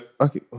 okay